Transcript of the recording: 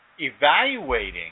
evaluating